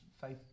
faith